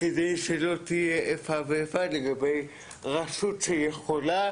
כדי שלא תהיה איפה ואיפה כי יש רשות שיכולה,